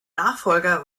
nachfolger